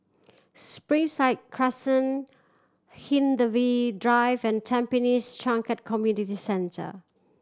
Springside Crescent Hindhede Drive and Tampines Changkat Community Centre